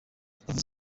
yavuze